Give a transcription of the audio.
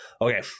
Okay